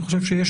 לדעתי,